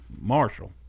Marshall